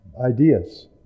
ideas